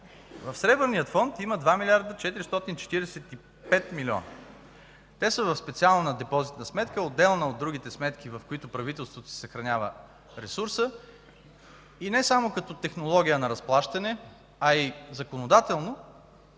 В Сребърния фонд има 2 млрд. 445 милиона. Те са в специална депозитна сметка, отделно от другите сметки, в които правителството съхранява ресурса, и не само като технология на разплащане, а и законодателно